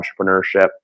entrepreneurship